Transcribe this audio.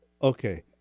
Okay